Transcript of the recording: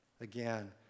Again